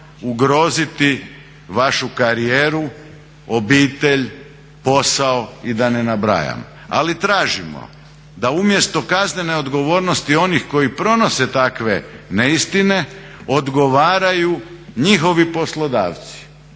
ugroziti vašu karijeru, obitelj, posao i da ne nabrajam. Ali tražimo da umjesto kaznene odgovornosti onih koji pronose takve neistine odgovaraju njihovi poslodavci.